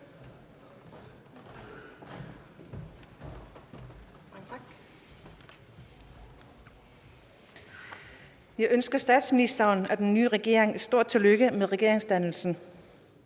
Jeg ønsker statsministeren og den nye regering et stort tillykke med regeringsdannelsen;